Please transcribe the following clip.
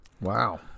Wow